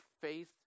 faith